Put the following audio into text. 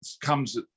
comes